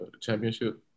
championship